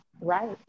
Right